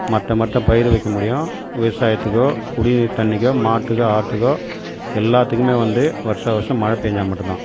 மற்ற மற்ற பயிறு வைக்க முடியும் விவசாயத்துக்கோ குடிநீர் தண்ணிக்கோ மாட்டுக்கோ ஆட்டுக்கோ எல்லாத்துக்குமே வந்து வருஷம் வருஷம் மழை பேஞ்சால் மட்டும் தான்